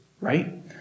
right